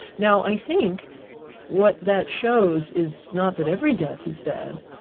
now i think what that shows is not that every death is bad,